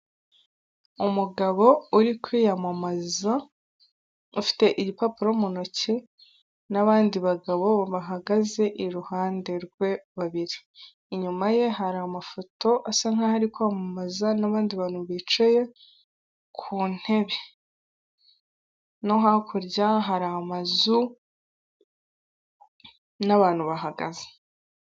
Umugabo uri kwiyamamaza ufite igipapuro mu ntoki n'abandi bagabo bahagaze iruhande rwe babiri, inyuma ye hari amafoto asa nkaho ari kwamamaza n'abandi bantu bicaye ku ntebe no hakurya hari amazu n'abantu bahagaze.